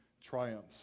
triumphs